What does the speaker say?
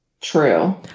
true